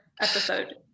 episode